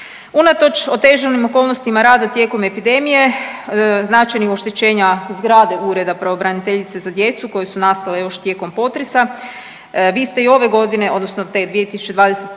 Unatoč otežanim okolnostima rada tijekom epidemije, značajnim oštećenja zgrade Ureda pravobraniteljice za djecu koje su nastale još tijekom potresa vi ste i ove godine odnosno te 2021.